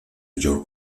your